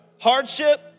Hardship